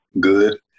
good